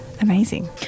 amazing